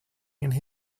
doing